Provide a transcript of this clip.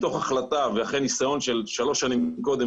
מתוך החלטה ואחרי שלוש שנים מקודם,